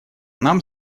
нам